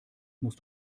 musst